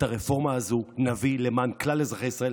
את הרפורמה הזו נביא למען כלל אזרחי ישראל,